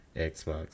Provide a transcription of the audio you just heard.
Xbox